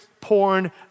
porn